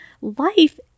life